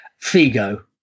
Figo